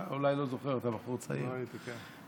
אתה אולי לא זוכר, אתה בחור צעיר, לא הייתי כאן.